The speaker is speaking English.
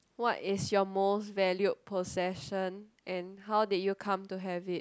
what is your most valued possession and how did you come to have it